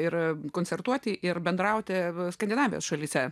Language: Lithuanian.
ir koncertuoti ir bendrauti skandinavijos šalyse